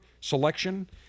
selection